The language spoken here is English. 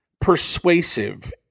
persuasive